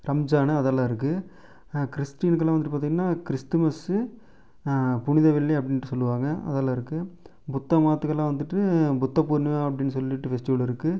ரம்ஜான் அதெல்லாம் இருக்குது கிறிஸ்டின்க்குலாம் வந்துட்டு பார்த்திங்கனா கிறிஸ்துமஸ்ஸு புனிதவெள்ளி அப்படின்ட்டு சொல்லுவாங்கள் அதெல்லாம் இருக்குது புத்த மதத்துக்கெலாம் வந்துட்டு புத்த பூர்ணிமா அப்படினு சொல்லிட்டு ஃபெஸ்டிவல் இருக்குது